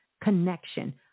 connection